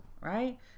right